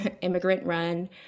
immigrant-run